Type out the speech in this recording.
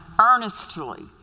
Earnestly